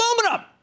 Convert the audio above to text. aluminum